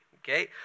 Okay